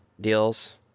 deals